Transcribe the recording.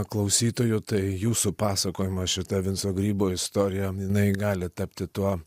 klausytojų tai jūsų pasakojimas šita vinco grybo istorija jinai gali tapti tuo